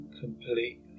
completely